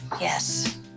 Yes